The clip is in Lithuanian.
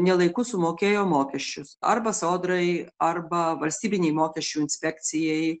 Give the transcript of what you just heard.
ne laiku sumokėjo mokesčius arba sodrai arba valstybinei mokesčių inspekcijai